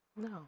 No